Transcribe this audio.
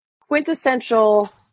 quintessential